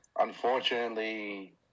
Unfortunately